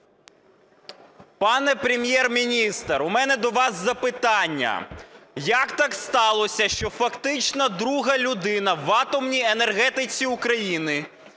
Пане Прем’єр-міністр, у мене до вас запитання. Як так сталося, що фактично друга людина в атомній енергетиці України,